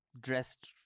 dressed